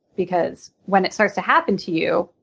because when it starts to happen to you,